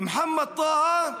מוחמד טאהא,